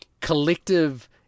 collective